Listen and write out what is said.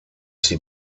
sie